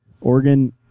Oregon